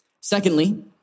secondly